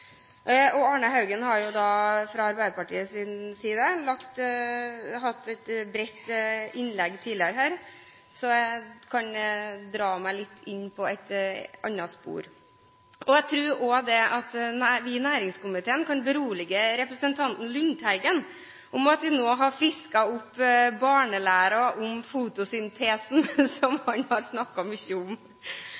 Arne L. Haugen har hatt et bredt innlegg tidligere fra Arbeiderpartiets side, så jeg kan dra meg litt inn på et annet spor. Jeg tror også at vi i næringskomiteen kan berolige representanten Lundteigen med at vi nå har frisket opp barnelæren om fotosyntesen, som